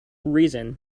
reason